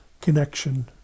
connection